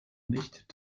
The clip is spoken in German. nicht